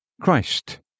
Christ